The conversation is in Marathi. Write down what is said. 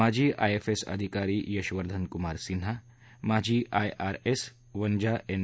माजी आयआफएस अधिकारी यशवर्धन कुमार सिन्हा माजी आयआरएस वनजा एन